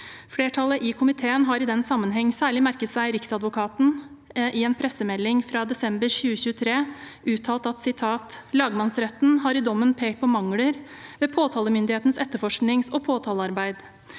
Flertallet i komiteen har i den sammenheng særlig merket seg Riksadvokatens uttalelse i en pressemelding fra desember 2023: «Lagmannsretten har i dommen pekt på mangler ved påtalemyndighetens etterforskings- og påtalearbeid.